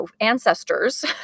ancestors